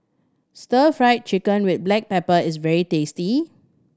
Stir Fried Chicken with black pepper is very tasty